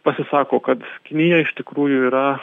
pasisako kad kinija iš tikrųjų yra